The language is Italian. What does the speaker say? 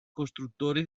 costruttore